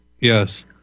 yes